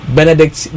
Benedict